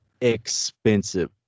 expensive